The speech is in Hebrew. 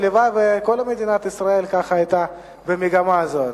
הלוואי שכל מדינת ישראל היתה במגמה הזאת.